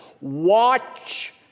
Watch